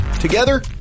Together